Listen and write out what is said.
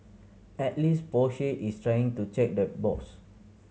at least Porsche is trying to check the box